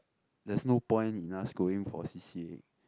there's no point in us going for C_C_A